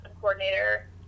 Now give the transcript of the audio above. coordinator